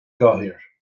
gcathaoir